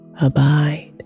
abide